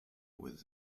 with